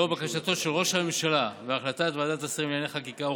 לאור בקשתו של ראש הממשלה והחלטת ועדת השרים לענייני חקיקה,